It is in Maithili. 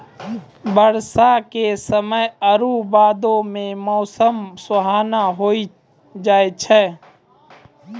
बरसा के समय आरु बादो मे मौसम सुहाना होय जाय छै